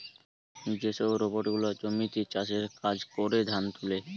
যে সব রোবট গুলা জমিতে চাষের কাজ করে, ধান তুলে